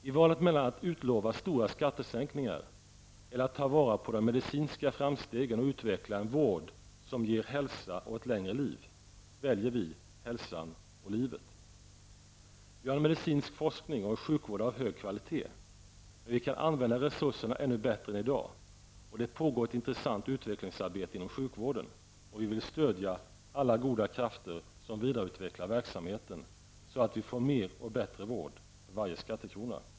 I valet mellan att utlova stora skattesänkningar eller att ta vara på de medicinska framstegen och utveckla en vård som ger hälsa och ett längre liv, väljer vi hälsan och livet. Vi har en medicinsk forskning och en sjukvård av god kvalitet, men vi kan använda resurserna ännu bättre än i dag. Det pågår ett intressant utvecklingsarbete inom sjukvården, och vi vill stödja alla goda krafter som vidareutvecklar verksamheten, så att vi får mer och bättre vård för varje skattekrona.